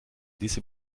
diese